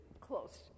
close